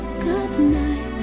goodnight